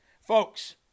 Folks